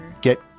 get